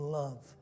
love